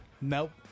Nope